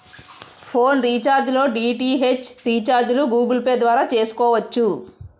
phone recharge లో DTH రీఛార్జిలు Google Pay ద్వారా చేసుకోవచ్చు